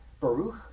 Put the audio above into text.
Baruch